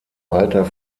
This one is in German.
alter